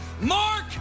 Mark